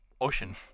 Ocean